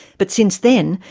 but since then,